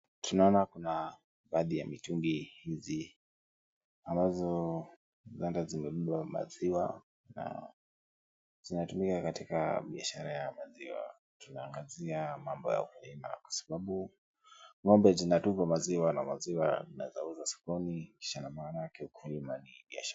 Tunaona kuna, baadhi ya mitungi hizi, ambazo, zimebeba maziwa, na, zinatumika katika biashara ya maziwa, ikiangazia mambo ya ukulima kwa sababu, ngombe zinatupa maziwa na maziwa yanaweza kuuzwa sokon, kisha na manake ukulima ni biasha.